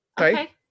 Okay